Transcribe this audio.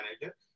manager